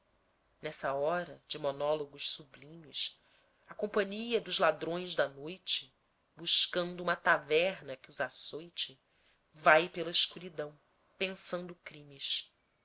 nessa hora de monólogos sublimes a companhia dos ladrões da noite buscando uma taverna que os açoite vai pela escuridão pensando crimes